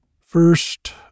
First